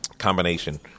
combination